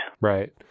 Right